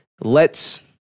lets